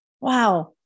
wow